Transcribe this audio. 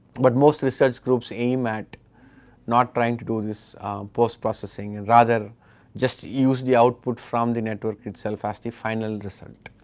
but most of the research groups a matter not trying to do this postprocessing, and rather just use the output from the network itself as a final result.